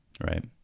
Right